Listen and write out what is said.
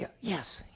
Yes